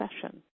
session